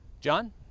John